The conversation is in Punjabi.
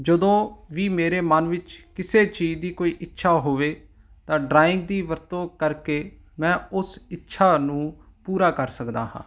ਜਦੋਂ ਵੀ ਮੇਰੇ ਮਨ ਵਿੱਚ ਕਿਸੇ ਚੀਜ਼ ਦੀ ਕੋਈ ਇੱਛਾ ਹੋਵੇ ਤਾਂ ਡਰਾਇੰਗ ਦੀ ਵਰਤੋਂ ਕਰਕੇ ਮੈਂ ਉਸ ਇੱਛਾ ਨੂੰ ਪੂਰਾ ਕਰ ਸਕਦਾ ਹਾਂ